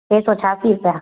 टे सौ छाहसी रुपया